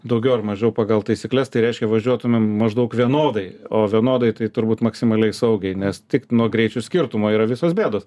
daugiau ar mažiau pagal taisykles tai reiškia važiuotumėm maždaug vienodai o vienodai tai turbūt maksimaliai saugiai nes tik nuo greičių skirtumo yra visos bėdos